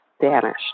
vanished